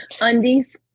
Undies